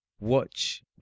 Watch